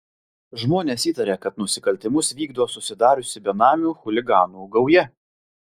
žmonės įtaria kad nusikaltimus vykdo susidariusi benamių chuliganų gauja